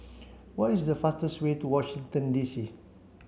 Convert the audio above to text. what is the fastest way to Washington D C